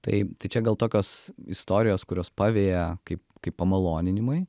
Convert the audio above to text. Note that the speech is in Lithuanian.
tai tai čia gal tokios istorijos kurios paveja kaip kaip pamaloninimui